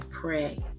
pray